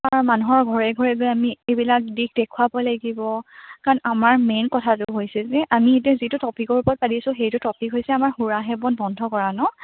মানুহৰ ঘৰে ঘৰে গৈ আমি এইবিলাক দিশ দেখুৱাব লাগিব কাৰণ আমাৰ মেইন কথাটো হৈছে যে আমি এতিয়া যিটো টপিকৰ ওপৰত পাতিছোঁ সেইটো টপিক হৈছে আমাৰ সুৰাসেৱন বন্ধ কৰা নহ্